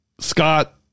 Scott